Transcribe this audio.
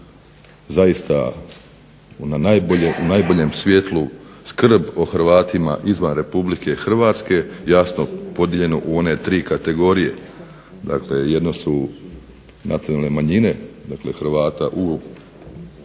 zaista na najboljem svjetlu skrb o Hrvatima izvan Republike Hrvatske jasno podijeljeno u one tri kategorije. Dakle, jedno su nacionalne manjine, dakle Hrvata u